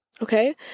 okay